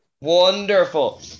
wonderful